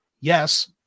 yes